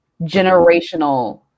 generational